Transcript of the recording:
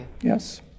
Yes